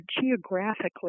geographically